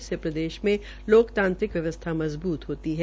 इससे प्रदेश में लोकतांत्रिक व्यवस्था मजबृत होती है